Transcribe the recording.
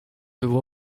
było